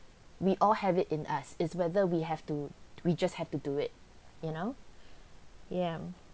we all have it in us is whether we have to we just have to do it you know ya